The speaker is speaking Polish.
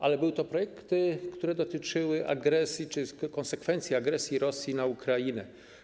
Ale były to projekty, które dotyczyły agresji czy konsekwencji agresji Rosji na Ukrainę.